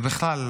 ובכלל,